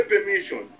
permission